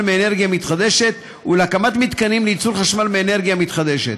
מאנרגיה מתחדשת ולהקמת מתקנים לייצור חשמל מאנרגיה מתחדשת.